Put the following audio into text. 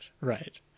Right